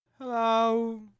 Hello